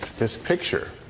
this picture.